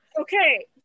okay